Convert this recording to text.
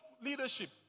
leadership